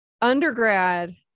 undergrad